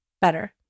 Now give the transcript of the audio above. better